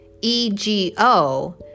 E-G-O